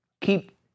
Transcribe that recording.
keep